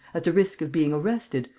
at the risk of being arrested,